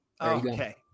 okay